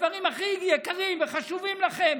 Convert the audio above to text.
הדברים הכי יקרים וחשובים לכם,